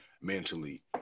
mentally